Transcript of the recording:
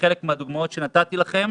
חלק מהדוגמאות שנתתי לכם